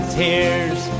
tears